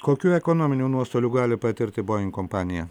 kokių ekonominių nuostolių gali patirti boing kompanija